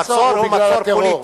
המצור הוא בגלל הטרור.